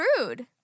rude